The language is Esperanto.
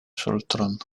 ŝultron